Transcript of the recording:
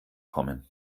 kommen